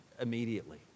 immediately